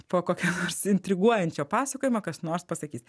po kokio nors intriguojančio pasakojimo kas nors pasakys